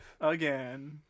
Again